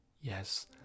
Yes